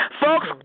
Folks